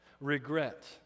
regret